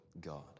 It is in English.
God